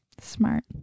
Smart